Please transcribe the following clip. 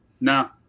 no